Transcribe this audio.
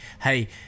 Hey